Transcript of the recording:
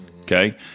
okay